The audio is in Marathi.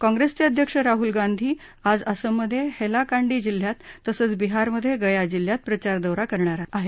काँप्रेसचे अध्यक्ष राहुल गांधी आज असममधे हस्तिकांडी जिल्ह्यात तसंच बिहारमधे गया जिल्ह्यात प्रचारदौरा करणार आहेत